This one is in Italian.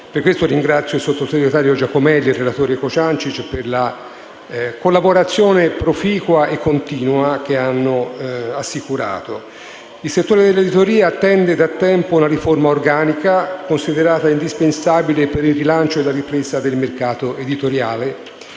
Per questo motivo, ringrazio il sottosegretario Giacomelli e il relatore Cociancich per la collaborazione proficua e continua che hanno assicurato. Il settore dell'editoria attende da tempo una riforma organica, considerata indispensabile per il rilancio e la ripresa del mercato editoriale